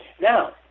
Now